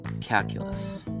calculus